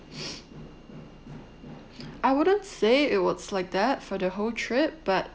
I wouldn't say it was like that for the whole trip but